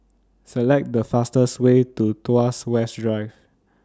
Select The fastest Way to Tuas West Drive